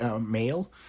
male